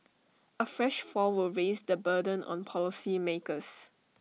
A fresh fall will raise the burden on policymakers